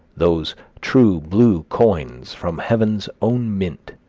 those true-blue coins from heaven's own mint,